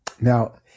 Now